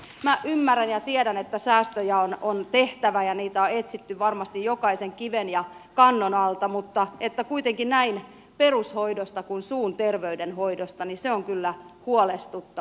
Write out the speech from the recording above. minä ymmärrän ja tiedän että säästöjä on tehtävä ja niitä on etsitty varmasti jokaisen kiven ja kannon alta mutta se että säästetään kuitenkin näin perushoidosta kuin suun terveydenhoidosta on kyllä huolestuttavaa